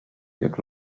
jak